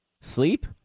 Sleep